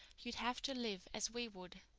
you'd have to live as we would.